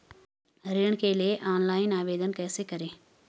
ऋण के लिए ऑनलाइन आवेदन कैसे करें?